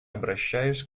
обращаюсь